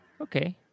Okay